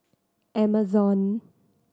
Amazon